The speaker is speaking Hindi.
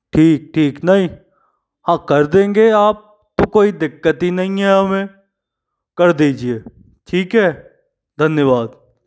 ठीक ठीक नहीं हाँ कर देंगे आप तो कोई दिक्कती नहीं है हमें कर दीजिए ठीक है धन्यवाद